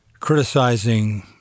criticizing